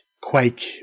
Quake